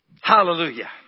Hallelujah